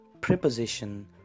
preposition